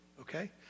okay